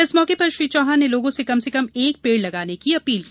इस मौके पर श्री चौहान ने लोगों से कम से कम एक पेड़ लगाने की अपील की